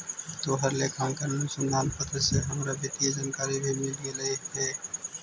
तोहर लेखांकन अनुसंधान पत्र से हमरा वित्तीय जानकारी भी मिल गेलई हे